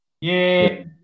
Yay